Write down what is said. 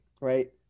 right